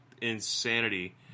Insanity